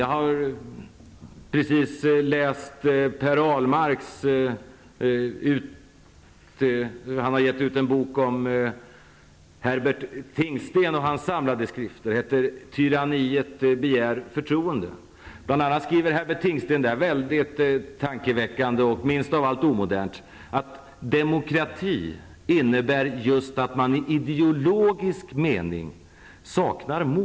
Jag har precis läst Per Ahlmarks bok om Herbert Tingsten och hans samlade skrifter. Den heter Tyranniet begär förtroende. Bl.a. skriver Herbert Tingsten mycket tankeväckande och minst av allt omodernt att ''demokrati innebär just att man i ideologisk mening saknar mål''.